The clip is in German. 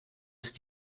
ist